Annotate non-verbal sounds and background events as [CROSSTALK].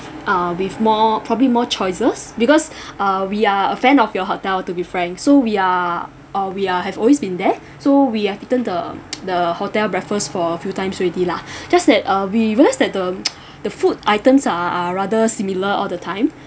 uh with more probably more choices because uh we are a fan of your hotel to be frank so we are uh we are have always been there so we have eaten the [NOISE] the hotel breakfast for a few times already lah just that uh we realised that the [NOISE] the food items are are rather similar all the time